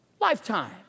lifetime